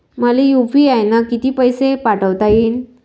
मले यू.पी.आय न किती पैसा पाठवता येईन?